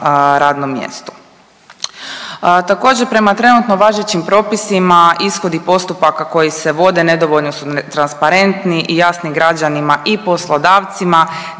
mjestu. Također, prema trenutno važećim propisima ishodi postupaka koji se vode nedovoljno su transparentni i jasni građanima i poslodavcima